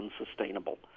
unsustainable